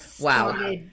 Wow